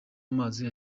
amazi